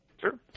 Sure